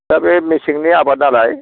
दा बे मेसेंनि आबाद नालाय